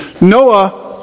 Noah